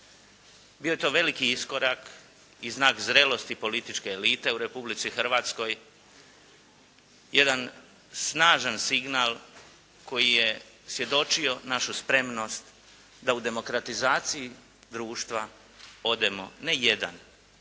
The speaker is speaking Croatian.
Bio je to veliki iskorak i znak zrelosti političke elite u Republici Hrvatskoj. Jedan snažan signal koji je svjedočio našu spremnost da u demokratizaciji društva odemo ne jedan